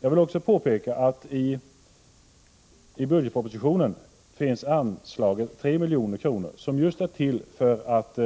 Jag vill också påpeka att det i budgetpropositionen föreslås 3 milj.kr. just för att